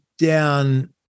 Down